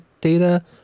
data